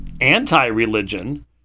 anti-religion